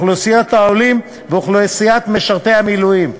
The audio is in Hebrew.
ואוכלוסיות העולים, משרתי המילואים,